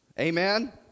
Amen